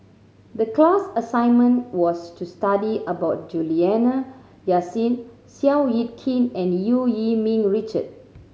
the class assignment was to study about Juliana Yasin Seow Yit Kin and Eu Yee Ming Richard